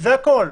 זה הכול.